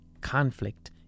conflict